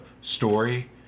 story